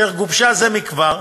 אשר גובשה זה מכבר,